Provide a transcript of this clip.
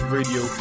Radio